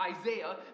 Isaiah